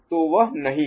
तो वह नहीं है